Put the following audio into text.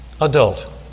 adult